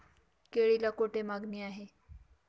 केळीला कोठे मागणी आहे?